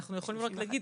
אנחנו יכולים רק להגיד